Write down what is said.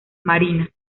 marina